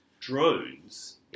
Drones